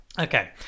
Okay